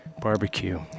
barbecue